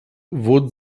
wurden